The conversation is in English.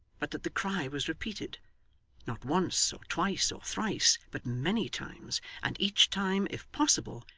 but that the cry was repeated not once or twice or thrice, but many times, and each time, if possible,